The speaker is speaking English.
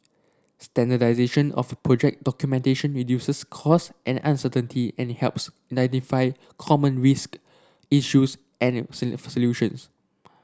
standardisation of project documentation reduces cost and uncertainty and helps identify common risk issues and solutions